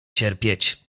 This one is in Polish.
cierpieć